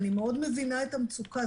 אני מאוד מבינה את המצוקה,